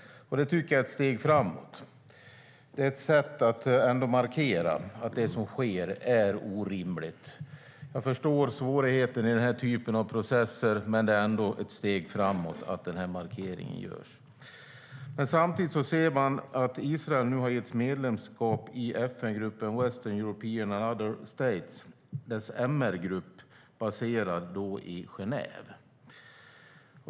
Det är ett steg framåt och ett sätt att markera att det som sker är orimligt. Jag förstår svårigheten i denna typ av processer, men det är ändå ett steg framåt att markeringen görs. Samtidigt ser vi att Israel har getts medlemskap i FN-gruppen Western European and other states och dess MR-grupp, som är baserad i Genève.